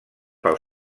pel